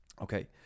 okay